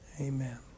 Amen